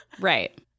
right